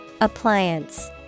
Appliance